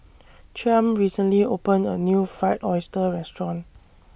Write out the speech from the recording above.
Chaim recently opened A New Fried Oyster Restaurant